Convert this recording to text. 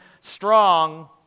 strong